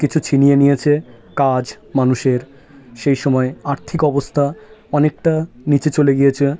কিছু ছিনিয়ে নিয়েছে কাজ মানুষের সেই সময়ে আর্থিক অবস্থা অনেকটা নীচে চলে গিয়েছে